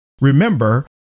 remember